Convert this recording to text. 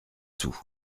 sous